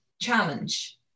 challenge